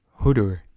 Hodor